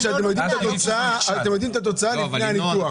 שאתם יודעים את התוצאה לפני הניתוח.